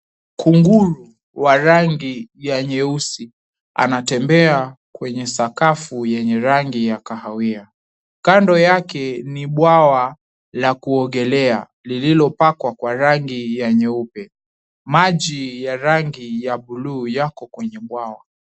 Kunguru, wa rangi ya nyeusi, anatembea kwenye sakafu yenye rangi ya kahawia . Kando yake ni bwawa la kuogelea , lililopakwa kwa rangi ya nyeupe. Maji ya rangi ya buluu yako kwenye bwawa.